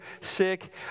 sick